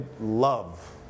love